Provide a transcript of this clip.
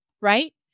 right